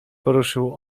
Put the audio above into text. poruszył